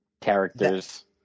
characters